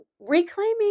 reclaiming